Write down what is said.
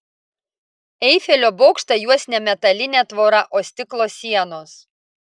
eifelio bokštą juos ne metalinė tvora o stiklo sienos